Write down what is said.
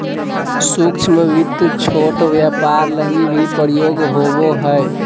सूक्ष्म वित्त छोट व्यापार लगी भी प्रयोग होवो हय